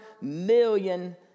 million